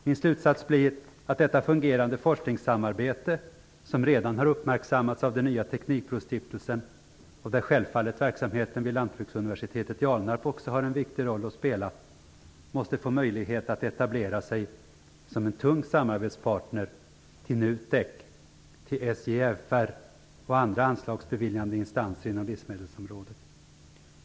Min slutsats blir att detta fungerande forskningssamarbete, som redan har uppmärksammats av den nya teknikbrostiftelsen och där verksamheten vid Lantbruksuniversitetet i Alnarp självfallet också har en viktig roll att spela, måste få möjlighet att etablera sig som en tung samarbetspartner till NUTEK, SJFR och andra anslagsbeviljande instanser inom livsmedelsområdet.